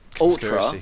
Ultra